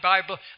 Bible